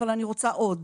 אבל אני רוצה עוד.